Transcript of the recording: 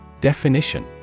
Definition